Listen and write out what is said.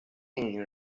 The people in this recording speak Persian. این